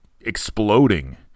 exploding